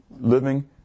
living